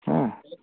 ᱦᱮᱸ